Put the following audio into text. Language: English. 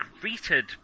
greeted